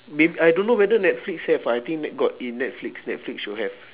mayb~ I don't know whether netflix have ah I think net~ got in netflix netflix should have